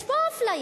יש פה אפליה,